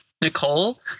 Nicole